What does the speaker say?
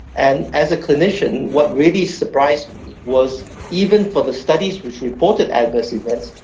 and as a clinician what really surprised me was even for the studies which reported adverse events,